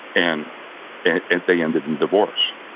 and and and they ended in divorce.